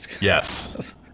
Yes